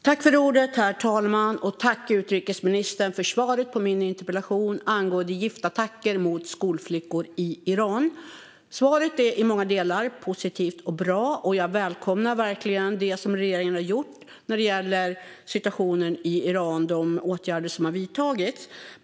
Herr talman! Tack, utrikesministern, för svaret på min interpellation angående giftattacker mot skolflickor i Iran! Svaret är i många delar positivt och bra, och jag välkomnar verkligen det som regeringen har gjort när det gäller situationen i Iran och de åtgärder som har vidtagits.